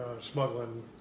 smuggling